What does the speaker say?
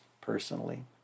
personally